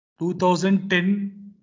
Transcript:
2010